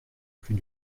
plus